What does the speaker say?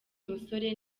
musore